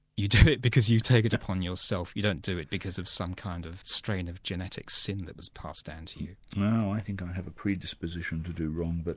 you do it because you take it upon yourself, you don't do it because of some kind of strain of genetic sin that was passed down to you. no, i think i have a predisposition to do wrong, but